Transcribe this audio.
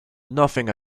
nothing